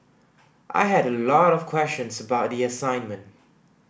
I had a lot of questions about the assignment